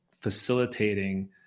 facilitating